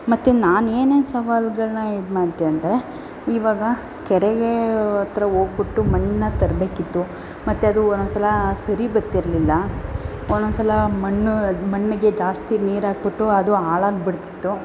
ಮತ್ತು ನಾನು ಏನೇನು ಸವಾಲುಗಳ್ನ ಇದು ಮಾಡಿದೆ ಅಂದರೆ ಇವಾಗ ಕೆರೆಗೆ ಹತ್ರ ಹೋಗ್ಬುಟ್ಟು ಮಣ್ಣನ್ನ ತರಬೇಕಿತ್ತು ಮತ್ತು ಅದು ಒಂದೊಂದು ಸಲ ಸರಿ ಬರ್ತಿರ್ಲಿಲ್ಲ ಒಂದೊಂದು ಸಲ ಮಣ್ಣು ಮಣ್ಣಿಗೆ ಜಾಸ್ತಿ ನೀರು ಹಾಕ್ಬಿಟ್ಟು ಅದು ಹಾಳಾಗ್ಬುಡ್ತಿತ್ತು